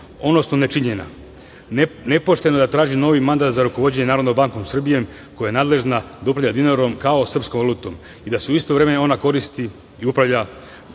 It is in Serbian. odnosno nečinjenja. Nepošteno je da traži novi mandat za rukovođenje NBS, koja je nadležna da upravlja dinarom kao srpskom valutom i da se u isto vreme ona koristi i upravlja,